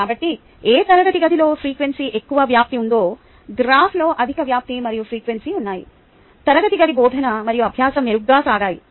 కాబట్టి ఏ తరగతి గదిలో ఫ్రీక్వెన్సీలో ఎక్కువ వ్యాప్తి ఉందో గ్రాఫ్లో అధిక వ్యాప్తి మరియు ఫ్రీక్వెన్సీ ఉన్నాయి తరగతి గది బోధన మరియు అభ్యాసం మెరుగ్గా సాగాయి